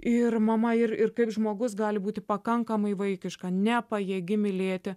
ir mama ir ir kaip žmogus gali būti pakankamai vaikiška nepajėgi mylėti